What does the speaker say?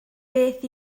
beth